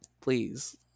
please